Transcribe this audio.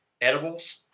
Edibles